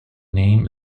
name